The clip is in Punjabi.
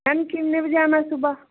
ਮੈਮ ਕਿੰਨੇ ਵਜੇ ਆਉਣਾ ਸੁਭਾ